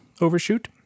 overshoot